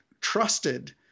trusted